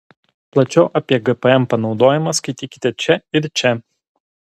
plačiau apie gpm panaudojimą skaitykite čia ir čia